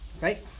right